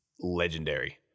legendary